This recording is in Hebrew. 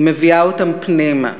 היא מביאה אותם פנימה,